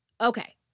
Okay